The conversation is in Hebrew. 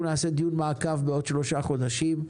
אנחנו נערוך דיון מעקב בעוד שלושה חודשים.